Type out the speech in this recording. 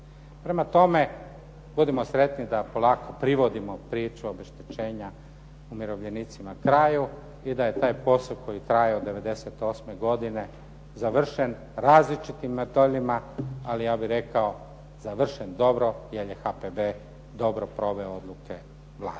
Prema tome, budimo sretni da polako privodimo priču obeštećenja umirovljenicima kraju i da je taj posao koji traje od 98. godine završen različitim modelima ali ja bih rekao završen dobro jer je HPB dobro proveo odluke Vlade.